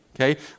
okay